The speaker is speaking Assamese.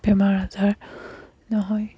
বেমাৰ আজাৰ নহয়